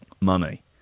money